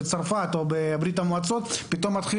בצרפת או בברית המועצות פתאום מתחיל